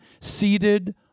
seated